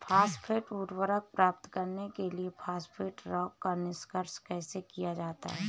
Phosphate उर्वरक प्राप्त करने के लिए फॉस्फेट रॉक का निष्कर्षण कैसे किया जाता है?